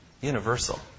universal